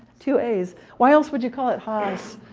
two a's. why else would you call it haas.